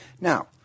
Now